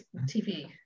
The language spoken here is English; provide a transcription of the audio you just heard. TV